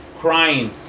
crying